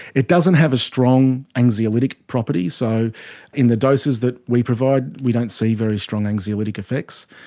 it doesn't have a strong anxiolytic property. so in the doses that we provide we don't see very strong anxiolytic effects.